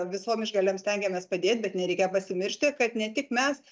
visom išgalėm stengiamės padėt bet nereikia pasimiršti kad ne tik mes